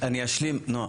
אני אשלים, נעה.